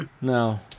No